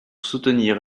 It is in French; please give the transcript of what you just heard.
soutenir